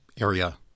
area